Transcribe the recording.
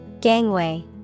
Gangway